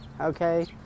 okay